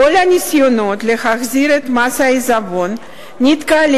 כל הניסיונות להחזיר את מס העיזבון נתקלים